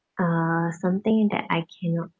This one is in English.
uh something that I cannot